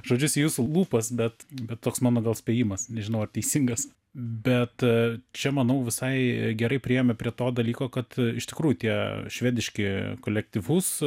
žodžius į jūsų lūpas bet bet koks mano spėjimas nežinau ar teisingas bet čia manau visai gerai priėjome prie to dalyko kad iš tikrųjų tie švediški kolektyvus